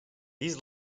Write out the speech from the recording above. these